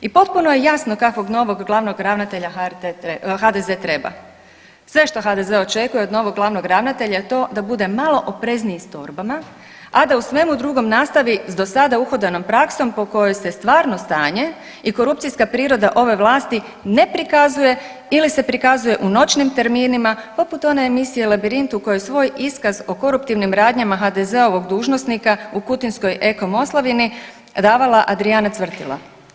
I potpuno je jasno kakvog novog glavnog ravnatelja HDZ treba, sve što HDZ očekuje od novog glavnog ravnatelja je to da bude malo oprezniji s torbama, a da u svemu drugom nastavi s do sada uhodanom praksom po kojoj se stvarno stanje i korupcijska priroda ove vlasti ne prikazuje ili se prikazuje u noćnim terminima, poput one emisije Labirint u kojoj je svoj iskaz o koruptivnim radnjama HDZ-ovog dužnosnika u kutinskoj „Eko Moslavini“ davala Adrijana Cvrtila.